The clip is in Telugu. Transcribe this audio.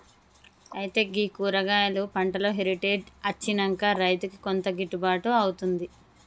అయితే గీ కూరగాయలు పంటలో హెరిటేజ్ అచ్చినంక రైతుకు కొంత గిట్టుబాటు అవుతుంది